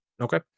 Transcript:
Okay